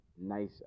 nice